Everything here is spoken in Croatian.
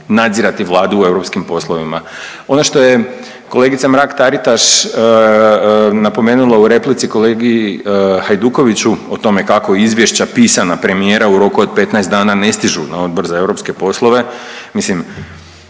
nadzirati Vladu u europskim poslovima. Ono što je kolegica Mrak Taritaš napomenula u replici kolegi Hajdukoviću o tome kako izvješća pisana premijera u roku od 15 dana ne stižu na Odbor za europske poslove, mislim